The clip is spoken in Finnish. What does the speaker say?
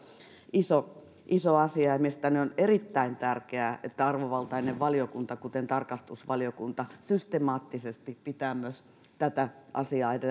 iso iso asia ja ja mielestäni on erittäin tärkeää että arvovaltainen valiokunta kuten tarkastusvaliokunta systemaattisesti pitää myös tätä asiaa